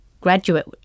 graduate